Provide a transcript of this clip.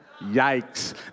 Yikes